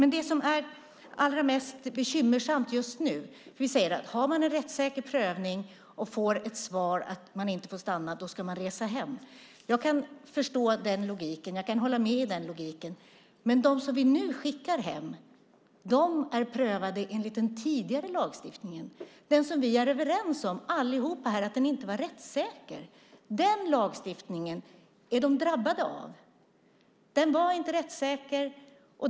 Men det som är allra mest bekymmersamt just nu är att om man har en rättssäker prövning och får ett svar att man inte får stanna ska man resa hem. Jag kan förstå och hålla med i den logiken, men dem som vi nu skickar hem är prövade enligt den tidigare lagstiftningen som vi alla är överens om inte var rättssäker. Den lagstiftningen är de drabbade av. Den var inte rättssäker.